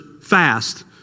fast